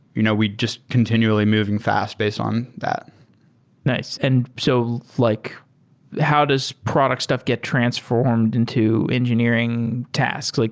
you know we're just continually moving fast based on that nice. and so like how does product stuff get transformed into engineering tasks? like